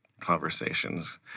conversations